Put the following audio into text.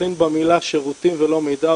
מבחין במילה שירותים ולא מידע,